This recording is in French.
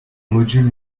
module